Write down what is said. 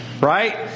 right